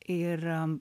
ir am